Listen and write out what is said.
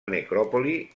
necròpolis